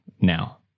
now